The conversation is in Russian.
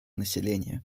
населения